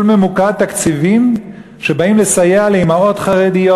ממוקד תקציבים שבאים לסייע לאימהות חרדיות,